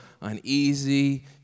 uneasy